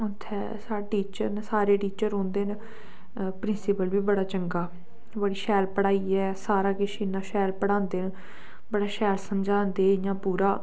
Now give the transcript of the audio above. उत्थै साढ़े टीचर न सारे टीचर रौंह्दे न प्रिंसीपल बी बड़ा चंगा बड़ी शैल पढ़ाई ऐ सारा किश इन्ना शैल पढ़ांदे बड़ा शैल समझांदे इ'यां पूरा